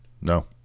no